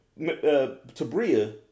tabria